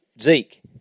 Zeke